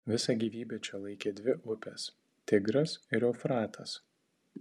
visą gyvybę čia laikė dvi upės tigras ir eufratas